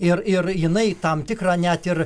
ir ir jinai tam tikrą net ir